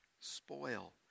spoil